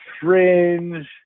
Fringe